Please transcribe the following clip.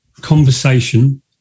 conversation